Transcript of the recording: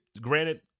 Granted